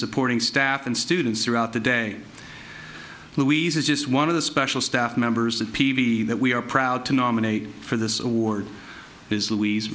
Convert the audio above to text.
supporting staff and students throughout the day louise is just one of the special staff members at p v that we are proud to nominate for this award is louise